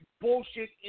bullshit